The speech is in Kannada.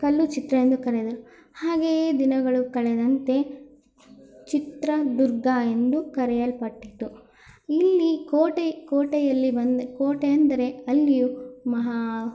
ಕಲ್ಲುಚಿತ್ರ ಎಂದು ಕರೆದರು ಹಾಗೆಯೇ ದಿನಗಳು ಕಳೆದಂತೆ ಚಿತ್ರದುರ್ಗ ಎಂದು ಕರೆಯಲ್ಪಟ್ಟಿತು ಇಲ್ಲಿ ಕೋಟೆ ಕೋಟೆಯಲ್ಲಿ ಬಂದು ಕೋಟೆಯೆಂದರೆ ಅಲ್ಲಿಯೂ ಮಹಾ